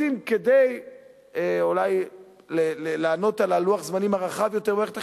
כדי לענות על לוח הזמנים הרחב יותר במערכת החינוך,